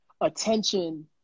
attention